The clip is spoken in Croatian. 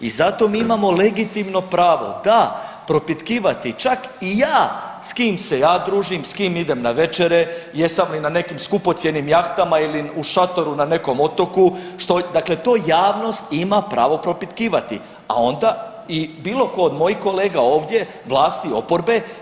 I zato mi imamo legitimno pravo da propitkivati čak i ja s kim se ja družim, s kim idem na večere, jesam li na nekim skupocjenim jahtama ili u šatoru na nekom otoku, što, dakle to javnost ima pravo propitkivati, a onda i bilo tko od mojih kolega ovdje, vlast i oporbe.